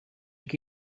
let